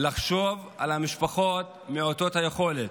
לחשוב על המשפחות מעוטות היכולת,